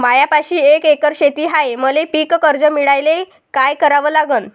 मायापाशी एक एकर शेत हाये, मले पीककर्ज मिळायले काय करावं लागन?